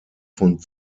von